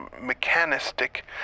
mechanistic